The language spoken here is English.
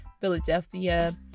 Philadelphia